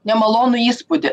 nemalonų įspūdį